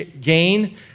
gain